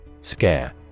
Scare